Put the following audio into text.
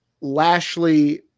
Lashley